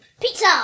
pizza